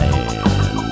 Man